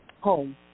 home